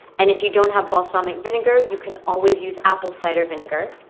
and if you don't have balsamic vinegar, you can always use apple cider vinegar.